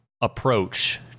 approach